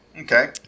Okay